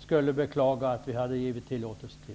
skulle beklaga att vi givit tillåtelse till.